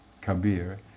Kabir